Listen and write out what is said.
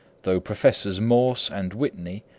though professors morse and whitney,